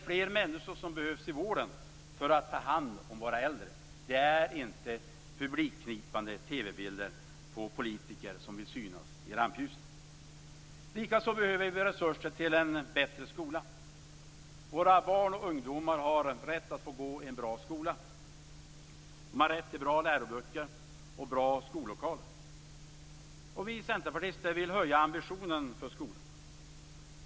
Fler människor behövs alltså i vården för att ta hand om våra äldre, inte publikknipande TV-bilder på politiker som vill synas i rampljuset. Likaså behövs det resurser till en bättre skola. Våra barn och ungdomar har rätt att få gå i en bra skola. De har rätt till bra läroböcker och bra skollokaler. Vi centerpartister vill höja ambitionen för skolan.